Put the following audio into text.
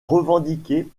revendiquée